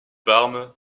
parme